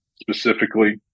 specifically